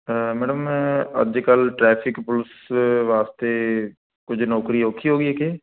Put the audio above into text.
madam ਮੈਂ ਅੱਜ ਕੱਲ੍ਹ ਟ੍ਰੈਫਿਕ ਪੁਲਿਸ ਵਾਸਤੇ ਕੁਝ ਨੌਕਰੀ ਔਖੀ ਹੋ ਗਈ ਹੈ ਕੇ